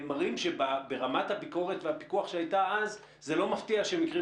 מראים שברמת הביקורת והפיקוח שהייתה אז לא מפתיע שמקרים